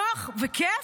נוח וכיף,